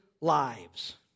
lives